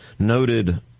noted